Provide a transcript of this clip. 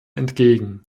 entgegen